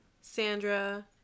Sandra